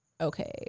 okay